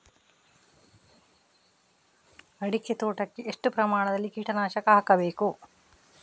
ಅಡಿಕೆ ತೋಟಕ್ಕೆ ಎಷ್ಟು ಪ್ರಮಾಣದಲ್ಲಿ ಕೀಟನಾಶಕ ಹಾಕಬೇಕು?